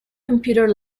computer